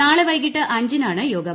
നാളെ വൈകിട്ട് അഞ്ചിനാണ് യോഗം